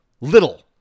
little